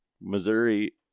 Missouri